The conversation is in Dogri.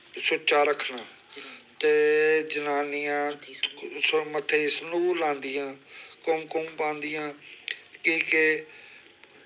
सुच्चा रक्खना ते जनानियां मत्थै गी संदूर लांदियां कुमकुम पांदियां की के